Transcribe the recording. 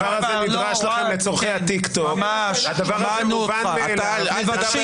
הדבר הזה נדרש